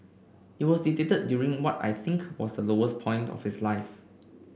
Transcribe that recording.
it was dictated during what I think was the lowest point of his life